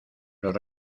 los